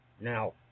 Now